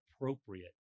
appropriate